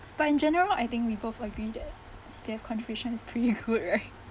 but in general I think we both agreed that cpf contribution is pretty good